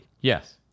Yes